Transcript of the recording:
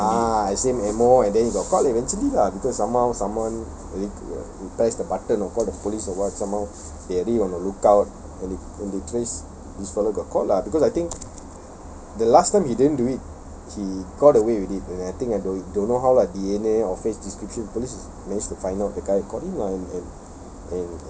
ah same one and then he got caught eventually lah because somehow someone who repairs the button or call the police or what somehow they already on a lookout and and they trace this fella got caught lah cause I think the last time he didn't do it he got away with it and I think I I don't know ah D_N_A or face description police managed to find out the guy and caught him lah and and